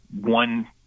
one